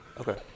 Okay